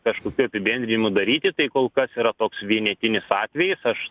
kažkokių apibendrinimų daryti tai kol kas yra toks vienetinis atvejis aš